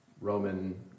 Roman